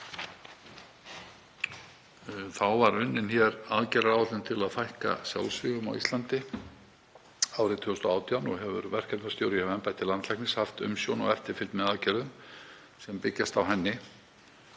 Þá var unnin hér aðgerðaáætlun til að fækka sjálfsvígum á Íslandi árið 2018 og hefur verkefnastjóri hjá embætti landlæknis haft umsjón og eftirfylgni með aðgerðum sem byggjast á henni.